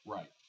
Right